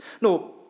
No